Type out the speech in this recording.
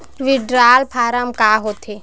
Withdrawal form का होथे?